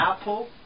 Apple